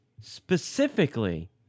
specifically